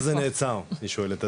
איך זה נעצר היא שואלת.